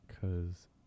cause